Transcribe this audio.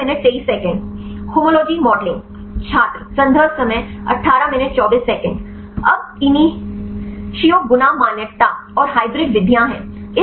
अब initio गुना मान्यता और हाइब्रिड विधियाँ हैं